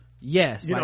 Yes